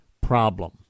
problem